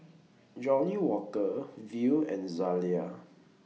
Johnnie Walker Viu and Zalia